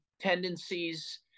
tendencies